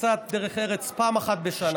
קצת דרך ארץ, פעם אחת בשנה.